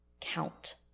count